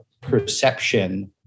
perception